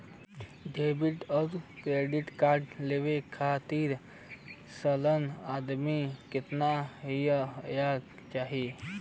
Debit और credit card लेवे के खातिर सलाना आमदनी कितना हो ये के चाही?